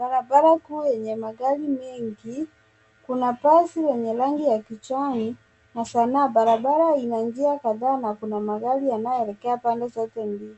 Barabara kuu enye magari mengi. Kuna basi lenye rangi ya kijani na sana. Barabara ina njia kataa na kuna magari inaoelekea pande zote mbili.